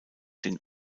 den